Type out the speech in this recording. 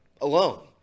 alone